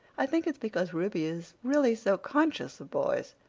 i think it's because ruby is really so conscious of boys.